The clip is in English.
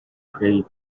prey